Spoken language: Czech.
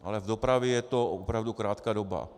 Ale v dopravě je to opravdu krátká doba.